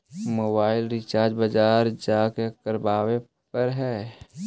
मोबाइलवा रिचार्ज बजार जा के करावे पर है?